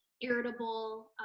irritable